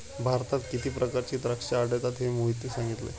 भारतात किती प्रकारची द्राक्षे आढळतात हे मोहितने सांगितले